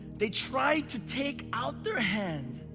they tried to take out their hand,